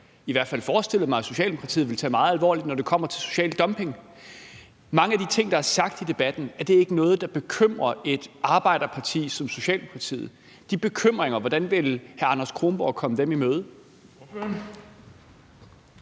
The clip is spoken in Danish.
i hvert fald også at Socialdemokratiet ville tage meget alvorligt, altså når det kommer til social dumping. Er mange af de ting, der er sagt i debatten, ikke noget, der bekymrer et arbejderparti som Socialdemokratiet? Hvordan vil hr. Anders Kronborg komme de